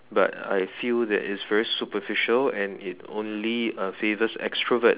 but I feel that it's very superficial and it only uh favors extrovert